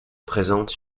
présente